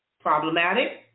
Problematic